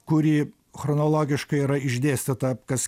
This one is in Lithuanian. kuri chronologiškai yra išdėstyta kas